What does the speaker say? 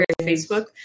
Facebook